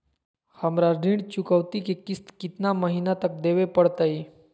हमरा ऋण चुकौती के किस्त कितना महीना तक देवे पड़तई?